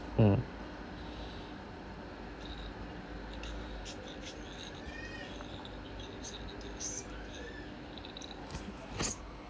mm